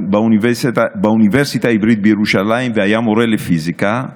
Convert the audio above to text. באוניברסיטה העברית בירושלים והיה מורה לפיזיקה,